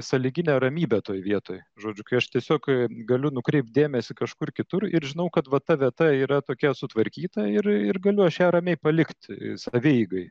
sąlyginė ramybė toj vietoj žodžių kai aš tiesiog galiu nukreipt dėmesį kažkur kitur ir žinau kad va ta vieta yra tokia sutvarkyta ir ir galiu aš ją ramiai palikt savieigai